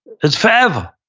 it's forever.